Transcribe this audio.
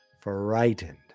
frightened